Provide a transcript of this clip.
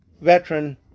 veteran